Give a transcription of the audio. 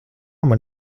man